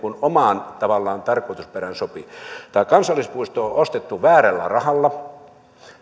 omaan tarkoitusperään sopivat tämä kansallispuisto on on ostettu väärällä rahalla